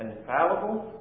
infallible